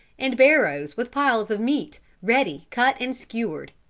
and barrows with piles of meat, ready cut and skewered.